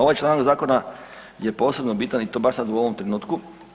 Ovaj članak zakona je posebno bitan i to baš sad u ovom trenutku.